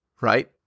right